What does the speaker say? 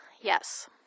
Yes